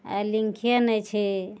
आइ लिंके नहि छै